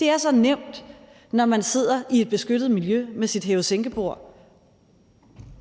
Det er så nemt, når man sidder i et beskyttet miljø med sit hæve-sænke-bord,